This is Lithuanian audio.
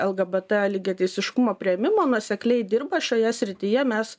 lgbt lygiateisiškumo priėmimo nuosekliai dirba šioje srityje mes